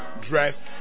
Dressed